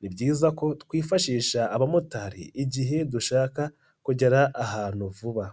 ni byiza ko twifashisha abamotari igihe dushaka kugera ahantu vuba.